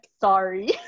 sorry